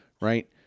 right